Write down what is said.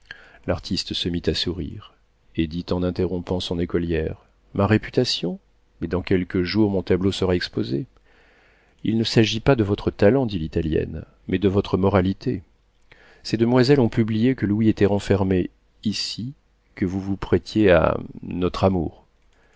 l'artiste se mit à sourire et dit en interrompant son écolière ma réputation mais dans quelques jours mon tableau sera exposé il ne s'agit pas de votre talent dit l'italienne mais de votre moralité ces demoiselles ont publié que louis était renfermé ici que vous vous prêtiez à notre amour